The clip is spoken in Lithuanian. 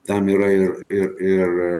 tam yra ir ir ir